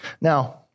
Now